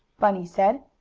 bunny said.